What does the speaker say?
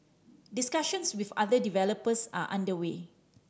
discussions with other developers are under way